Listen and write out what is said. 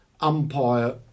umpire